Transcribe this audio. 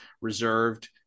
reserved